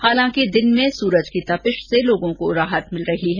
हालांकि दिन में सूरज की तपिश से लोगों को राहत मिल रही है